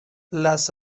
las